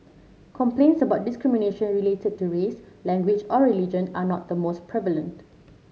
complaints about discrimination related to race language or religion are not the most prevalent